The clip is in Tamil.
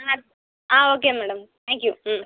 ah ah okay madam thank you ம்